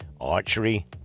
archery